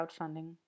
crowdfunding